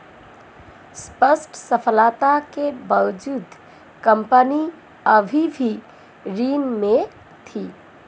स्पष्ट सफलता के बावजूद कंपनी अभी भी ऋण में थी